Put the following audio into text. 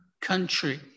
country